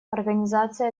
организация